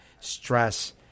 stress